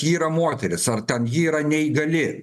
ji yra moteris ar ten yra neįgali